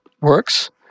works